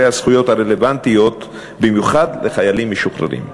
הזכויות הרלוונטיות במיוחד לחיילים משוחררים.